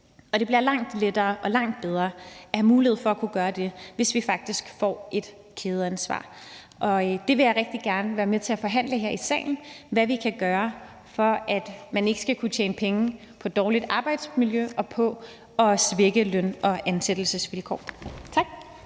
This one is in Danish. det bliver langt lettere og langt bedre, og vi vil have mulighed for at gøre det her, hvis vi faktisk får indført et kædeansvar. Jeg vil rigtig gerne være med til at forhandle her i salen om, hvad vi kan gøre for, at man ikke skal kunne tjene penge på dårligt arbejdsmiljø og på at svække løn- og ansættelsesvilkår.